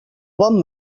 bon